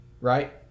right